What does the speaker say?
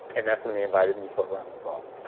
and that's when he invited me for a round of golf